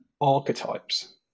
archetypes